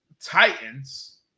Titans